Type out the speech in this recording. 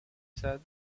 said